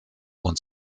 und